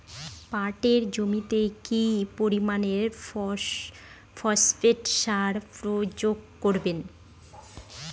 পাটের জমিতে কি পরিমান ফসফেট সার প্রয়োগ করব?